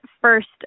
first